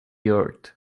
earth